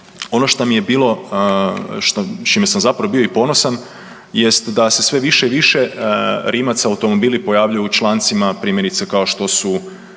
ono što mi je bilo s čime sam zapravo bio i ponosan jest da se sve više i više Rimac automobili pojavljuju u člancima primjerice kao što su